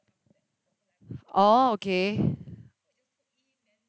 oh okay